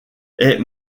est